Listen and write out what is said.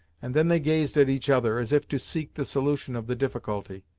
and then they gazed at each other, as if to seek the solution of the difficulty.